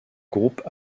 groupe